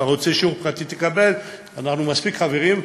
אתה רוצה שיעור פרטי, תקבל, אנחנו מספיק חברים.